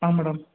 ಹಾಂ ಮೇಡಮ್